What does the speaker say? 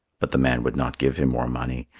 but the man would not give him more money.